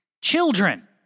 Children